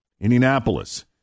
Indianapolis